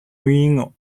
үеийн